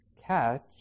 catch